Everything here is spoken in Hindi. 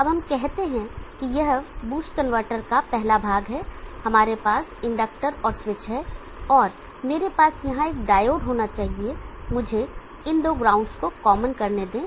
अब हम कहते हैं कि यह बूस्ट कनवर्टर का पहला भाग है हमारे पास इंडक्टर और स्विच है और मेरे पास यहां एक डायोड होना चाहिए मुझे इन दो ग्राउंडस् को कॉमन करने दें